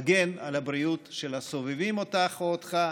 מגן על הבריאות של הסובבים אותך או אותך,